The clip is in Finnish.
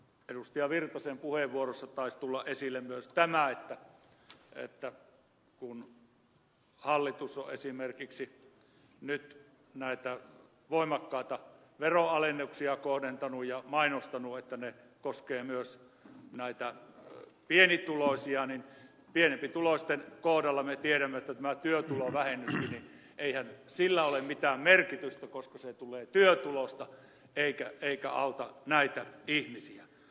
virtasen puheenvuorossa taisi tulla esille myös tämä että kun hallitus on esimerkiksi nyt näitä voimakkaita veronalennuksia kohdentanut ja mainostanut että ne koskevat myös näitä pienituloisia niin pienempituloisten kohdalla me tiedämme että tällä työtulovähennyksellä ei ole mitään merkitystä koska se tulee työtulosta eikä auta näitä ihmisiä